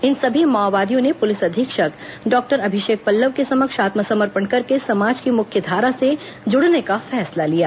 इस सभी माओवादियों ने पुलिस अधीक्षक डॉक्टर अभिषेक पल्लव के समक्ष आत्मसमर्पण करके समाज की मुख्यधारा से जुड़ने का फैंसला लिया